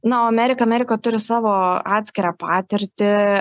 na o amerika amerika turi savo atskirą patirtį